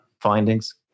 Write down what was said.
findings